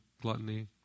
gluttony